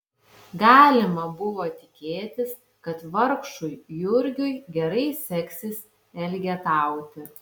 galima buvo tikėtis kad vargšui jurgiui gerai seksis elgetauti